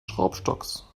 schraubstocks